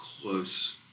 close